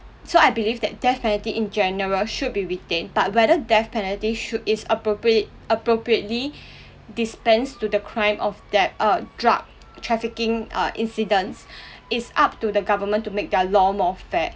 so I believe that death penalty in general should be retained but whether death penalty should is appropriate appropriately dispense to the crime of that uh drug trafficking uh incidence it's up to the government to make their law more fair